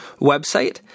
website